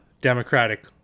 Democratic